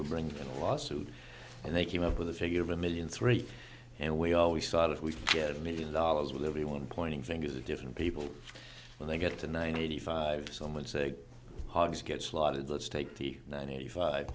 to bring a lawsuit and they came up with a figure of a million three and we always thought if we get a million dollars with everyone pointing fingers at different people when they get to ninety five for someone say hargus get slaughtered let's take the ninety five